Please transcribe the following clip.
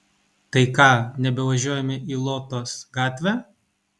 tai ką nebevažiuojame į lotos gatvę